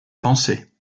pensée